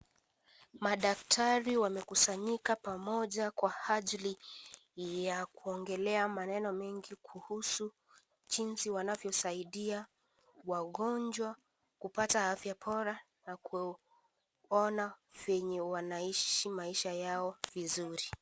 Madaktari wamekusanyika pamoja kwa ajili ya kuongelea maneno mengi kuhusu jinsi wanavyosaidia wagonjwa kupata afya bora na kuona vyenye wanaishi maisha yao vizuri.